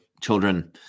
children